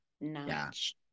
notch